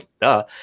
duh